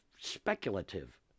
speculative